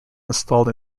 installed